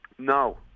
No